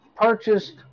purchased